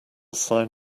sign